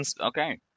Okay